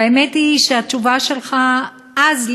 והאמת היא שהתשובה שלך אז,